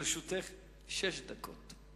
לרשותך שש דקות.